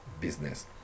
business